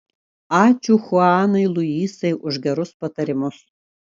ačiū chuanai luisai už gerus patarimus